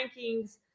rankings